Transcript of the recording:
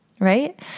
right